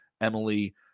emily